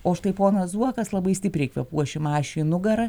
o štai ponas zuokas labai stipriai kvėpuos šimašiui nugarą